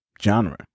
Genre